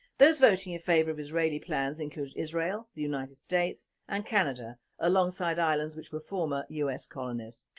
those voting in favour of israeli plans included israel, the united states and canada alongside islands which were former us colonies.